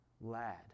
lad